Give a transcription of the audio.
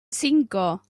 cinco